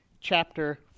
chapter